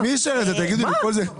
אז מי אישר את זה, תגידי לי, את כל זה?